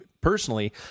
Personally